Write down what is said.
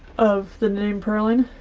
of the knitting purling